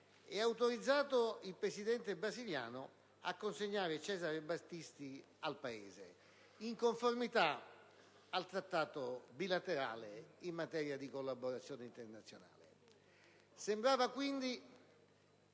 e autorizzato il Presidente brasiliano a consegnare Cesare Battisti al nostro Paese, in conformità al vigente Trattato bilaterale in materia di collaborazione estradizionale,